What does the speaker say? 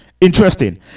Interesting